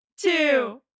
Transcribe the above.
two